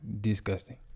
disgusting